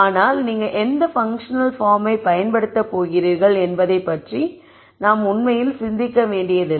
ஆனால் நீங்கள் எந்த பன்க்ஷனல் பார்ம்மை பயன்படுத்தப் போகிறீர்கள் என்பதைப் பற்றி நாம் உண்மையில் சிந்திக்க வேண்டியதில்லை